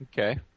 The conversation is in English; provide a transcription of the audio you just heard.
Okay